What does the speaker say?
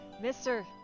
Mister